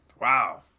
Wow